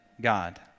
God